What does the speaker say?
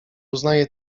uznaje